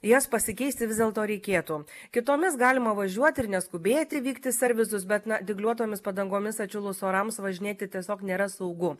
jas pasikeisti vis dėlto reikėtų kitomis galima važiuoti ir neskubėti vykt į servizus bet na dygliuotomis padangomis atšilus orams važinėti tiesiog nėra saugu